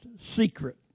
secret